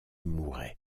mouret